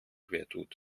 wehtut